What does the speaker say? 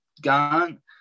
gone